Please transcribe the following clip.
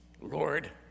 Lord